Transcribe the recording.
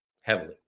Heavily